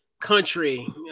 country